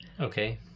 Okay